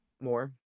more